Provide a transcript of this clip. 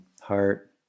heart